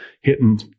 hitting